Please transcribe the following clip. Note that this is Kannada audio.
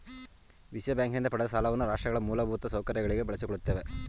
ವಿಶ್ವಬ್ಯಾಂಕಿನಿಂದ ಪಡೆದ ಸಾಲವನ್ನ ರಾಷ್ಟ್ರಗಳ ಮೂಲಭೂತ ಸೌಕರ್ಯಗಳಿಗೆ ಬಳಸಿಕೊಳ್ಳುತ್ತೇವೆ